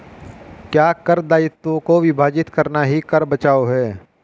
क्या कर दायित्वों को विभाजित करना ही कर बचाव है?